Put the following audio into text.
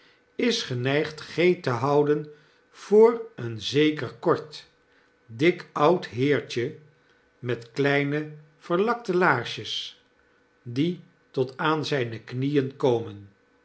is geneigd g te houden voor een zeker kort dik oud heertje met kleine verlakte laarsjes die tot aan zjjne knieen komen